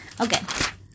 Okay